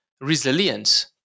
resilience